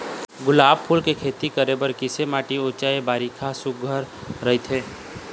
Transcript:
गुलाब फूल के खेती करे बर किसे माटी ऊंचाई बारिखा सुघ्घर राइथे?